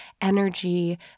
energy